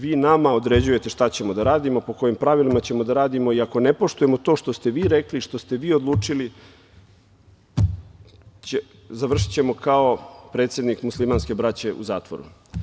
Vi nama određujete šta ćemo da radimo, po kojim pravilima će da radimo i ako ne poštujemo to što ste vi rekli, što ste vi odlučili, završićemo kao predsednik muslimanke braće, u zatvoru.